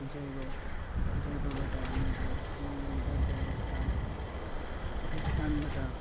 जयगाउँ जयगाउँबाट हामीहरू सिधा गयो भुटान भुटानबाट